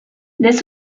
this